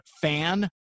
fan